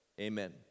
Amen